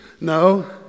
No